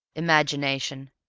imagination.